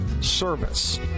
service